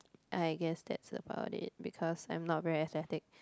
I guessed that's about it because I'm not very aesthetic